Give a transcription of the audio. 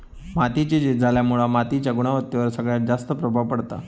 मातीची झीज झाल्यामुळा मातीच्या गुणवत्तेवर सगळ्यात जास्त प्रभाव पडता